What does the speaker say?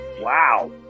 Wow